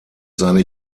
seine